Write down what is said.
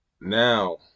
now